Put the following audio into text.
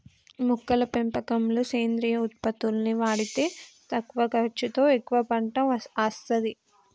మొక్కల పెంపకంలో సేంద్రియ ఉత్పత్తుల్ని వాడితే తక్కువ ఖర్చుతో ఎక్కువ పంట అస్తది